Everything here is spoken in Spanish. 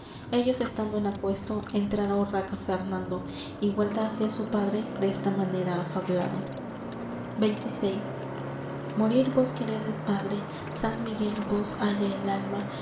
ellos estando en aquesto entrara urraca fernando y vuelta hacia su padre desta manera ha fablado xxvi morir vos queredes padre sant miguel vos haya el alma